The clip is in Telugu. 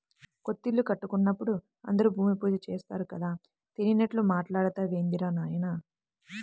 కొత్తిల్లు కట్టుకుంటున్నప్పుడు అందరూ భూమి పూజ చేత్తారు కదా, తెలియనట్లు మాట్టాడతావేందిరా నాయనా